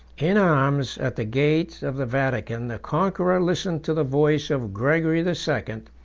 in arms, at the gate of the vatican, the conqueror listened to the voice of gregory the second,